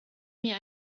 mir